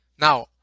Now